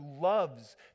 loves